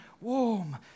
warm